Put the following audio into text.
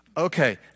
Okay